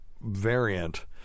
variant